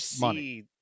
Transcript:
money